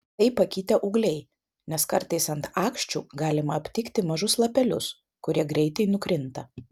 tai pakitę ūgliai nes kartais ant aksčių galima aptikti mažus lapelius kurie greitai nukrinta